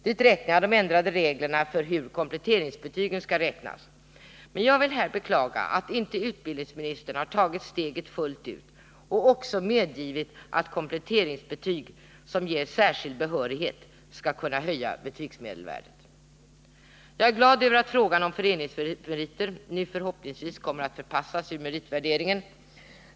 Dit räknar jag de ändrade reglerna för hur kompletteringsbetygen skall räknas, men jag vill här beklaga att inte utbildningsministern har tagit steget fullt ut och också medgivit att kompletteringsbetyg som ger särskild behörighet skall kunna höja betygsmedelvärdet. Jag är glad över att föreningsmeriter nu förhoppningsvis kommer att förpassas ur meritvärderingen.